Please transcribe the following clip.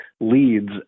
leads